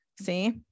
See